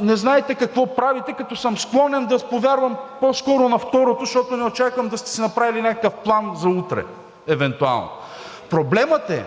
не знаете какво правите, като съм склонен да повярвам по-скоро на второто, защото не очаквам да сте си направили някакъв план за утре, евентуално. Проблемът е,